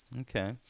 Okay